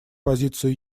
позицию